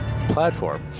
platform